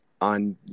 on